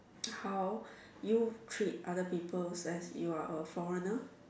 how you treat other people as you are a foreigner